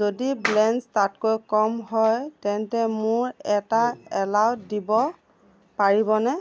যদি বেলেঞ্চ তাতকৈ কম হয় তেন্তে মোক এটা এলাৰ্ট দিব পাৰিবনে